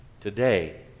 today